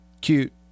Cute